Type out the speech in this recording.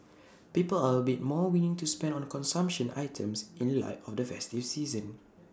people are A bit more willing to spend on consumption items in light of the festive season